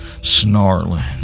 snarling